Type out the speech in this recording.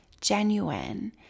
genuine